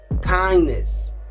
kindness